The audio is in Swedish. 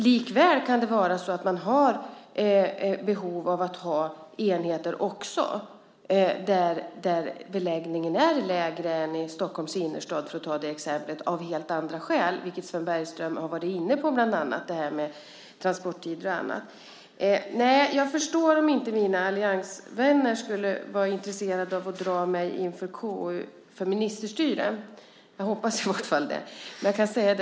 Likväl kan det förstås av andra skäl finnas behov av enheter också där beläggningen är mindre än i till exempel Stockholms innerstad. Sven Bergström talade bland annat om detta med transporttider och så vidare. Jag förstår att mina alliansvänner inte är intresserade av att dra mig inför KU för ministerstyre. Jag hoppas i vart fall det.